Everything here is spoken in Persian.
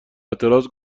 اعتراض